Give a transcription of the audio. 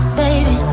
baby